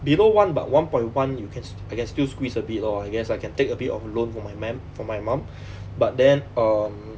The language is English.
below one but one point one you can sti~ I can still squeeze a bit lor I guess I can take a bit of loan from my mum from my mum but then um